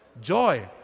joy